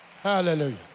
hallelujah